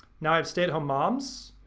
now i have stay-at-home moms,